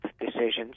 decisions